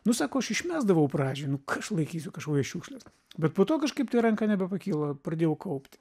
nu sako aš išmesdavau pradžioj nu ką aš laikysiu kažkokias šiukšles bet po to kažkaip tai ranka nebepakilo pradėjau kaupt